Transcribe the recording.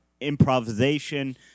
improvisation